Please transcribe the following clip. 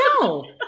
no